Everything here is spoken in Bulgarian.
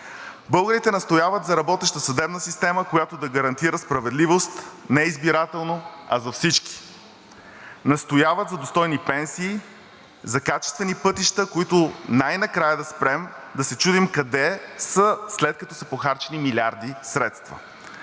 Българите настояват за работеща съдебна система, която да гарантира справедливост не избирателно, а за всички, настояват за достойни пенсии, за качествени пътища, които най-накрая да спрем да се чудим къде са, след като са похарчени милиарди средства.